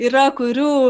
yra kurių